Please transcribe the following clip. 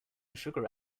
sugar